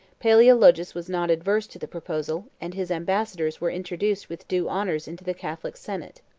palaeologus was not averse to the proposal and his ambassadors were introduced with due honors into the catholic senate.